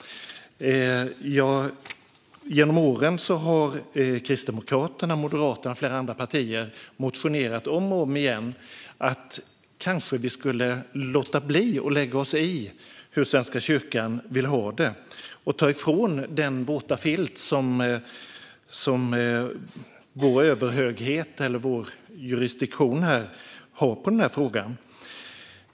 Genom åren har Kristdemokraterna, Moderaterna och flera andra partier motionerat om och om igen om att vi kanske skulle låta bli att lägga oss i hur Svenska kyrkan vill ha det och ta bort den våta filt som vår överhöghet eller vår jurisdiktion har på denna fråga.